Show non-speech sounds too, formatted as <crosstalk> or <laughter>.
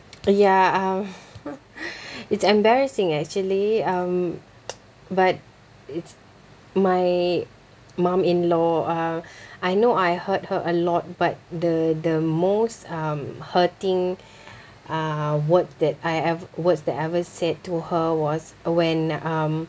ya um <laughs> it's embarrassing actually um <noise> but it's my mum-in-law uh <breath> I know I hurt her a lot but the the most um hurting <breath> uh word that I have words that I ever said to her was when um